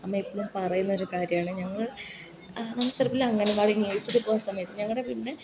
അമ്മയെപ്പോഴും പറയുന്നൊരു കാര്യമാണ് ഞങ്ങള് ആ ചിലപ്പോൾ അങ്കണവാടില് നേഴ്സറി പോകുന്ന സമയത്ത് ഞങ്ങളുടെ വീടിൻ്റെ